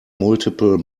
multiple